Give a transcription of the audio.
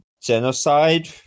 genocide